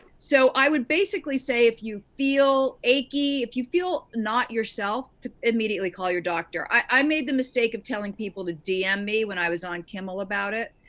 so, i would basically say if you feel achy, if you feel not yourself, to immediately call your doctor. i made the mistake of telling people to dm me when i was on kimmel about it.